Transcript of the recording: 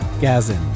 Gazin